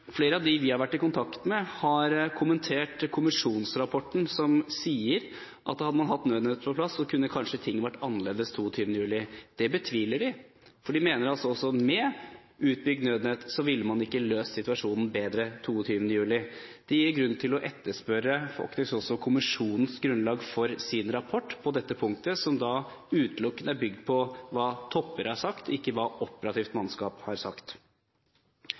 Flere av dem vi har vært i kontakt med, har kommentert kommisjonsrapporten, som sier at hadde man hatt nødnettet på plass, kunne kanskje ting vært annerledes den 22. juli. Det betviler de, for de mener at med utbygd nødnett ville man ikke løst situasjonen bedre den 22. juli. Det gir grunn til å etterspørre kommisjonens grunnlag for deres rapport på dette punktet som utelukkende er bygd på hva topper har sagt, og ikke hva operativt mannskap har sagt.